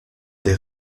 des